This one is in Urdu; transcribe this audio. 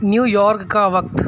نیو یارک کا وقت